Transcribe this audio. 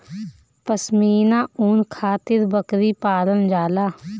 पश्मीना ऊन खातिर बकरी पालल जाला